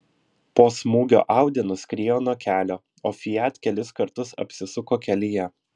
po smūgio audi nuskriejo nuo kelio o fiat kelis kartus apsisuko kelyje